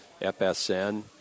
FSN